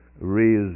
raise